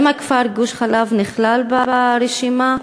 2. האם הכפר גוש-חלב נכלל ברשימה?